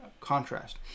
contrast